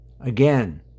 Again